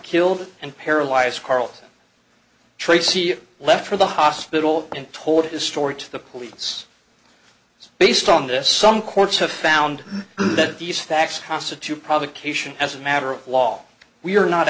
killed and paralyzed carl tracy left for the hospital and told his story to the police so based on this some courts have found that these facts hasa to prosecution as a matter of law we're not